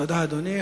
תודה, אדוני.